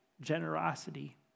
generosity